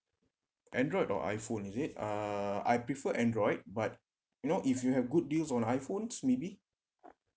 android or iphone is it uh I prefer android but you know if you have good deals on iphone so maybe